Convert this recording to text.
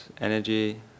energy